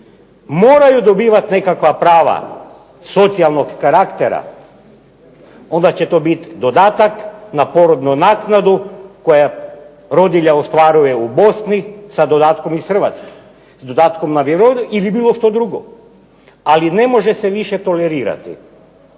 moraju dobivati nekakva prava socijalnog karaktera onda će to biti dodatak na porodnu naknadu koje rodilja ostvaruje u Bosni sa dodatkom iz Hrvatske, s dodatkom na ... ili bilo što drugo. Ali ne može se više tolerirati